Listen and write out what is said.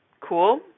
Cool